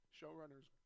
showrunners